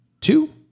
two